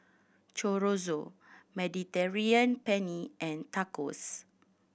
Chorizo Mediterranean Penne and Tacos